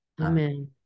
Amen